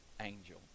angel